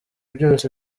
byose